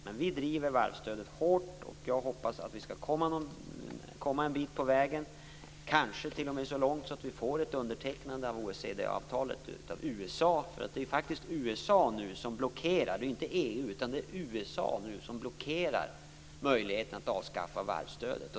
Men vi driver avskaffandet av varvsstödet hårt och hoppas att vi skall komma en bit på vägen, kanske t.o.m. så långt att vi får se USA underteckna OECD-avtalet. Det är faktiskt USA som blockerar. Det är inte EU utan USA som blockerar möjligheten att avskaffa varvsstödet.